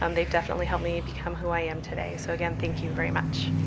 um they've definitely helped me become who i am today. so again, thank you very much.